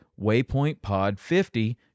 waypointpod50